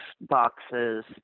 boxes